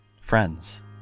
friends